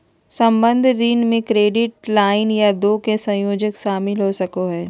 संबंद्ध ऋण में क्रेडिट लाइन या दो के संयोजन शामिल हो सको हइ